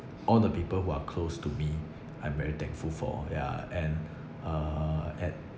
all the people who are close to me I'm very thankful for ya and uh and